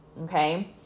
okay